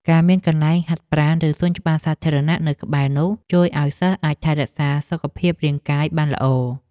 ការមានកន្លែងហាត់ប្រាណឬសួនច្បារសាធារណៈនៅក្បែរនោះជួយឱ្យសិស្សអាចថែរក្សាសុខភាពរាងកាយបានល្អ។